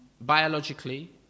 biologically